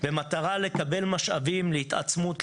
במטרה לקבל משאבים להתעצמות,